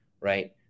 right